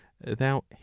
thou